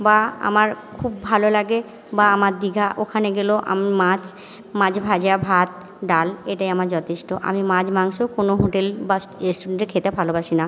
বা আমার খুব ভালো লাগে বা আমার দীঘা ওখানে গেলেও আমি মাছ মাছ ভাজা ভাত ডাল এটাই আমার যতেষ্ট আমি মাছ মাংস কোনো হোটেল বা রেস্টুরেন্টে খেতে ভালোবাসি না